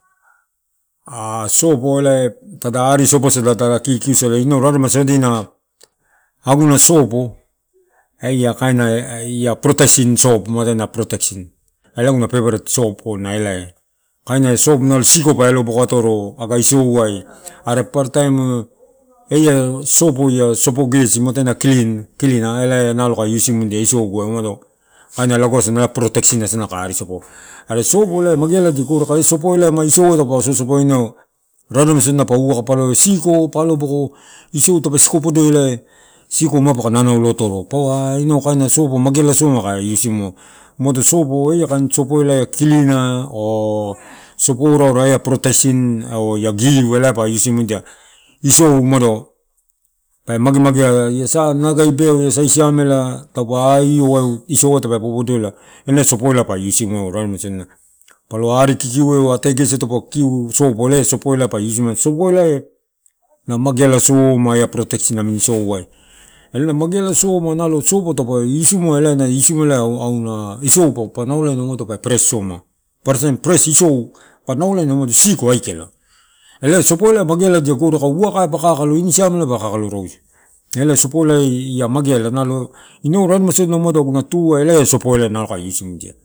A sopo ela tada ari soposada tada kikiusada, inau raremaisodina aguna sopo eh ia kaina protation soap muatai ena protation ela aguna favourate sopo na elai kainia sopo siko pe aloboko atoro aga isouai are paparataim eh. Ia sopo, sopogesi muatai ena klin, klina elai kain usesimudia isoguai kaina lago asana protation isinu kai ari sopo. Are sopo magealadia gore aika elai sopo ma isouai taupe sosopoinaeu, raremaisodina pa uwaka palo eu siko pa aloboko isou tape siko podo ela siko ma paka nanaulo atoro paua kaina ah- ah inau sopo mageala soma kai use simua umado sopo eh kain sopo eh klina ah sopo ora ora eh ia protation oh ia give ela pa use simudia isou umado pe magemagea sala nanagai, beau la sai siamela taupe io waeu isouai tape popodo ela na sopo ela pa use simuina raremaisodina. Palo aru kikiueu ate gesi taupe kikiu, sopo ela ia sopo ela pa use simua. Sopo elai mageala soma eh ia protation isouai. Mageala soma eh ia protation isouai. Mageala soma, nalo sopo taupe use simua ela na auna, isou pa naulaina umado tape fresh soma ppaparataim fresh isou pa naulaina siko aikala, elai sopo ela mageala diagore aika. Uwakai pa; kakalo, ini kain siamela pa kakalo rausu, elai ia sopo ela iamageala inau raremaisodina, aguna tu ela ia sopo ela kai use simudia.